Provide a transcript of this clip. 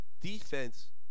defense